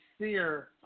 seer